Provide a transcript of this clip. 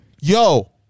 Yo